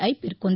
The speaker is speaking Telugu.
ఐ పేర్కొంది